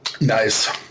Nice